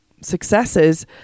successes